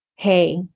hey